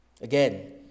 Again